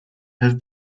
have